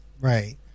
Right